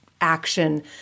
action